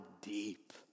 deep